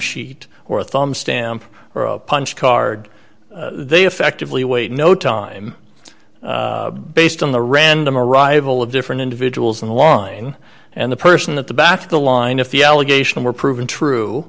sheet or a thumb stamp or a punch card they effectively wait no time based on the random arrival of different individuals in the line and the person at the back of the line if the allegation were proven true